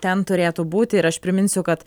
ten turėtų būti ir aš priminsiu kad